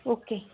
okay